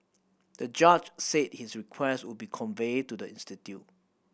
the judge said his request would be conveyed to the institute